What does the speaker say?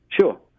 Sure